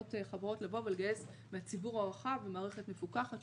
יכולות חברות לבוא ולגייס מהציבור הרחב ממערכת מפוקחת,